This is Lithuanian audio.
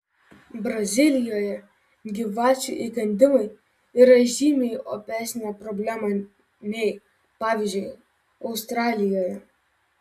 brazilijoje gyvačių įkandimai yra žymiai opesnė problema nei pavyzdžiui australijoje